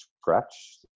scratch